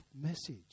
message